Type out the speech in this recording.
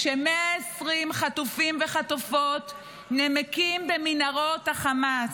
כש-120 חטופים וחטופות נמקים במנהרות החמאס,